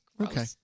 okay